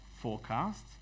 forecast